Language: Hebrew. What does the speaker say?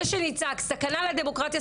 זה שנצעק: סכנה לדמוקרטיה,